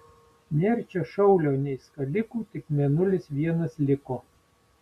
nėr čia šaulio nei skalikų tik mėnulis vienas liko